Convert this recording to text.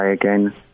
again